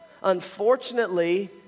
Unfortunately